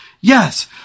yes